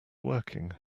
working